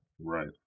Right